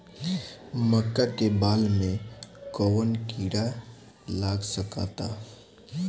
मका के बाल में कवन किड़ा लाग सकता?